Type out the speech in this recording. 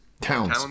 Towns